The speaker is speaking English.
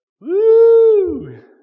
Woo